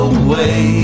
away